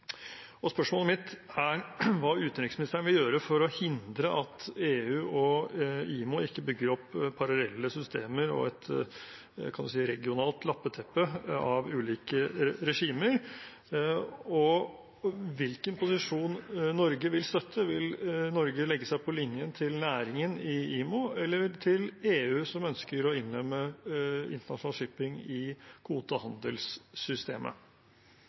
Spørsmålet mitt er hva utenriksministeren vil gjøre for å hindre at EU og IMO ikke bygger opp parallelle systemer og hva man kan kalle et regionalt lappeteppe av ulike regimer. Hvilken posisjon vil Norge støtte? Vil Norge legge seg på linjen til næringen i IMO eller til EU, som ønsker å innlemme internasjonal shipping i kvotehandelssystemet?